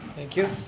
thank you,